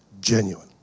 Genuine